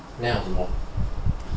plan 好什么